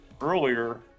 earlier